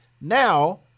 now